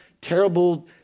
terrible